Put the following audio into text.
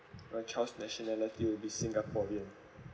my child's nationality will be singaporean